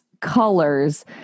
colors